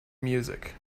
music